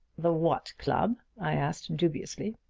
the what club? i asked dubiously.